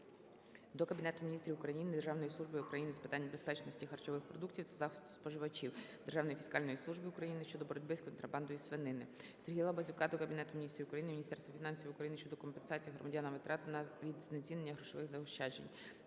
до Кабінету Міністрів України, Державної служби України з питань безпечності харчових продуктів та захисту споживачів, Державної фіскальної служби України щодо боротьби з контрабандою свинини. Сергія Лабазюка до Кабінету Міністрів України, Міністерства фінансів України щодо компенсації громадянам втрат від знецінення грошових заощаджень.